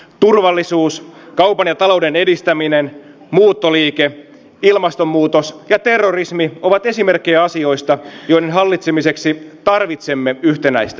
turvallisuus kaupan ja talouden edistäminen muuttoliike ilmastonmuutos ja terrorismi ovat esimerkkejä asioista joiden hallitsemiseksi tarvitsemme yhtenäistä eurooppaa